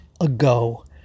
ago